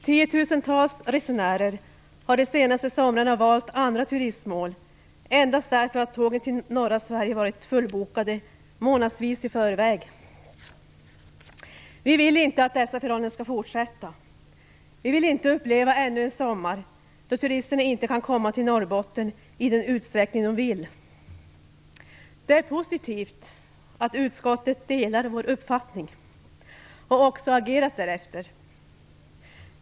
Tiotusentals resenärer har de senaste somrarna valt andra turistmål endast därför att tågen till norra Sverige har varit fullbokade flera månader i förväg. Vi vill inte att dessa förhållanden skall fortsätta. Vi vill inte uppleva ännu en sommar då turisterna inte kan komma till Norrbotten i den utsträckning de vill. Det är positivt att utskottet delar vår uppfattning och också har agerat därefter.